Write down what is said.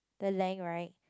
the length right